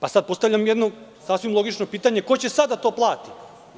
Zato postavljam jedno sasvim logično pitanje – a ko će sada to da plati?